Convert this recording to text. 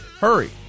Hurry